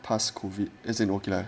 past COVID as in okay lah